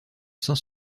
saint